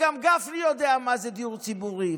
גם גפני יודע מה זה דיור ציבורי,